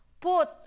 Put